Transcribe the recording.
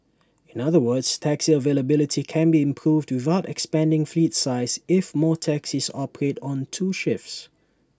in other words taxi availability can be improved without expanding fleet size if more taxis operate on two shifts